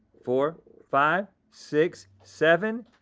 four, five, six, seven,